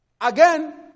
Again